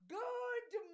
good